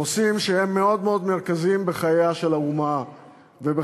נושאים שהם מאוד מאוד מרכזיים בחייה של האומה ובחייו